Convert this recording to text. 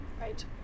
Right